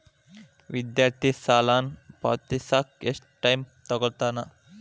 ವಿದ್ಯಾರ್ಥಿ ಸಾಲನ ಪಾವತಿಸಕ ಎಷ್ಟು ಟೈಮ್ ತೊಗೋತನ